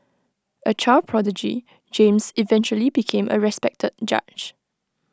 A child prodigy James eventually became A respected judge